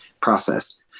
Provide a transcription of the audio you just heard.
process